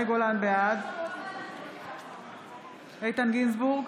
בעד איתן גינזבורג,